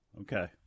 Okay